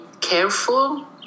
careful